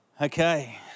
Okay